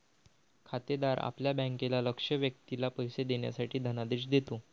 खातेदार आपल्या बँकेला लक्ष्य व्यक्तीला पैसे देण्यासाठी धनादेश देतो